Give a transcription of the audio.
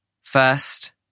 First